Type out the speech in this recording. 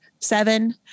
seven